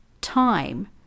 time